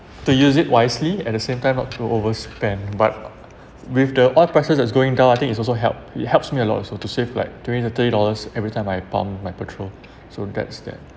to use it wisely at the same time not to overspend but with the oil prices that's going down I think it's also help it helps me a lot also to save like twenty to thirty dollars every time I pump my petrol so that's that